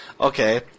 Okay